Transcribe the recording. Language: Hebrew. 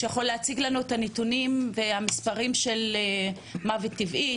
תוכל להציג לנו את הנתונים והמספרים של מוות טבעי,